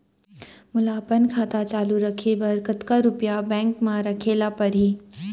मोला अपन खाता चालू रखे बर कतका रुपिया बैंक म रखे ला परही?